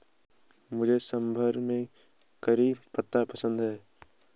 मुझे सांभर में करी पत्ता पसंद है